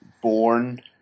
born